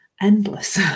endless